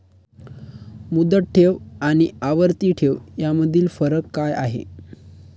मुदत ठेव आणि आवर्ती ठेव यामधील फरक काय आहे?